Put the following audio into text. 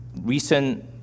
recent